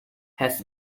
has